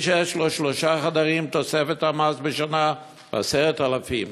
מי שיש לו שלוש דירות, תוספת המס בשנה, 10,000,